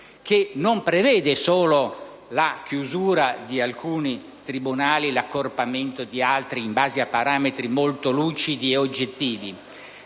non prevede solo la chiusura di alcuni tribunali e l'accorpamento di altri, in base a parametri molto lucidi e oggettivi,